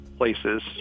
places